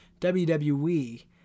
WWE